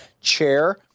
chair